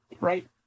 Right